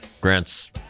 Grant's